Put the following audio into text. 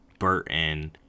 Burton